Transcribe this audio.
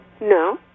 No